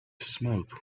smoke